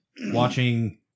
watching